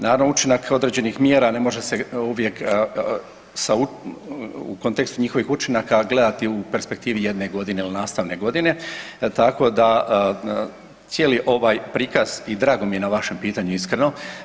Naravno učinak određenih mjera ne može se uvijek u kontekstu njihovih učinaka gledati u perspektivi jedne godine ili nastavne godine, tako da cijeli ovaj prikaz i drago mi je na vašem pitanju iskreno.